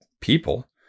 people